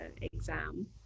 exam